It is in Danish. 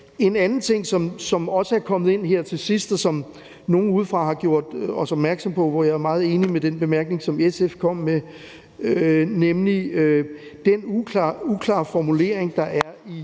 En anden ting, som også er kommet ind her til sidst, og som nogle udefra har gjort os opmærksom på – og jeg er meget enig i den bemærkning, som SF's ordfører kom med – er den uklare formulering, der er i